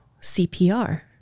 CPR